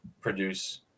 produce